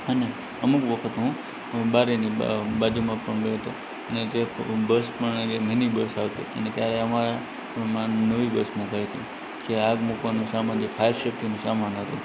અને અમુક વખતે હું બારીની બ બાજુમાં પણ બેસતો અને જે બસ પણ એ મિનિ બસ આવતી અને ત્યારે અમારામાં નવી બસ મૂકાઇ હતી જે આગ મૂકવાનો સામાન જે ફાયર સેફ્ટીનો સામાન હતો